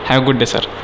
have good day sir